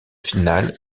finale